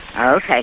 Okay